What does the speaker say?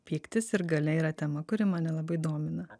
pyktis ir galia yra tema kuri mane labai domina